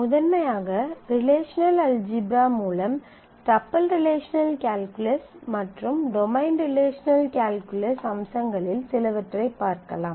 முதன்மையாக relational algebra மூலம் tuple relational calculus மற்றும் டொமைன் ரிலேஷனல் கால்குலஸ் அம்சங்களில் சிலவற்றைப் பார்க்கலாம்